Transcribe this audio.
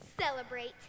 Celebrate